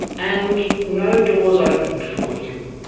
and no doors opened for him.